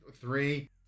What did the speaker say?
Three